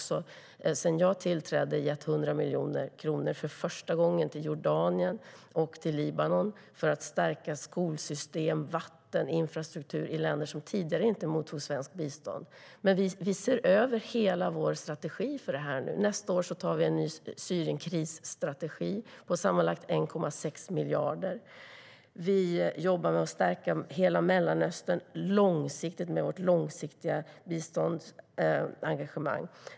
Sedan jag tillträdde har vi gett 100 miljoner kronor för första gången till Jordanien och till Libanon. Det handlar om förstärkningar i fråga om skolsystem, vatten och infrastruktur i länder som tidigare inte mottog svenskt bistånd. Vi ser nu över hela vår strategi för det här. Nästa år antar vi en ny Syrienkrisstrategi på sammanlagt 1,6 miljarder. Vi jobbar med att stärka hela Mellanöstern långsiktigt med vårt långsiktiga biståndsengagemang.